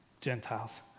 Gentiles